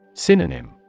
Synonym